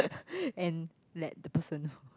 and let the person know